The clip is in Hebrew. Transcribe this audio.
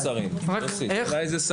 יוסי, רק איזה שרים?